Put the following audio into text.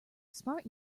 smart